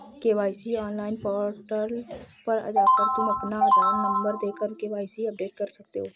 KYC के online portal पर जाकर तुम अपना आधार नंबर देकर के.वाय.सी अपडेट कर सकते हो